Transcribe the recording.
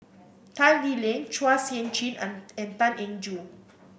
Tan Lee Leng Chua Sian Chin and Tan Eng Joo